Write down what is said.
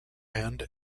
hand